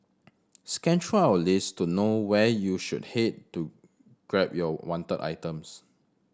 scan through our list to know where you should head to grab your wanted items